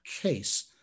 case